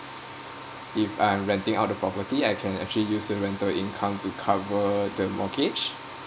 if I am renting out the property I can actually use the rental income to cover the mortgage